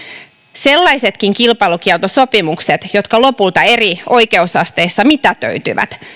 sellaisetkin kilpailukieltosopimukset jotka lopulta eri oikeusasteessa mitätöityvät